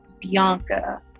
bianca